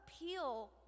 appeal